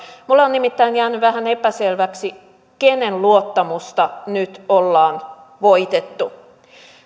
minulle on nimittäin jäänyt vähän epäselväksi kenen luottamusta nyt ollaan voitettu